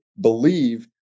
believe